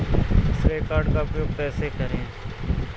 श्रेय कार्ड का उपयोग कैसे करें?